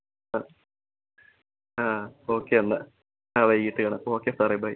അ ആ ഓക്കെ എന്നാൽ ആ വൈകിട്ട് കാണാം അപ്പം ഓക്കെ സാറെ ബൈ